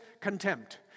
contempt